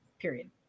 period